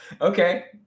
Okay